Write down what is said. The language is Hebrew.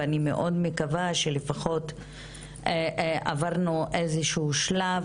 ואני מאוד מקווה שלפחות עברנו איזה שהוא שלב